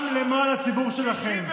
גם למען הציבור שלכם.